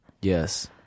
Yes